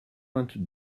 vingt